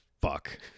fuck